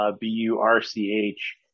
B-U-R-C-H